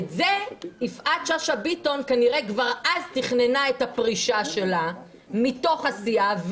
יפעת שאשא ביטון כנראה כבר אז תכננה את הפרישה שלה מתוך הסיעה,